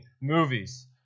movies